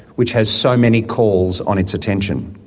which has so many calls on its attention.